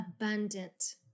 abundant